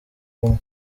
bumwe